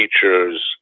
features